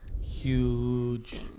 huge